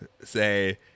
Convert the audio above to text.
say